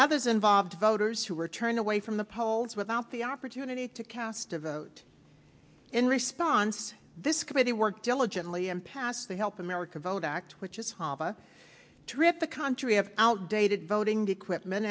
others involved voters who were turned away from the polls without the opportunity to cast a vote in response this committee worked diligently and passed the help america vote act which is hava trip the country of outdated voting to quit men